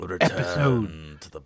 episode